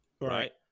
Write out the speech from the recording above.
right